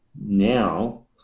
now